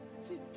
See